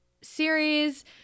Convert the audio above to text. series